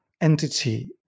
entity